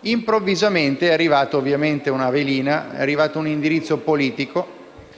Improvvisamente è arrivata una velina, con un indirizzo politico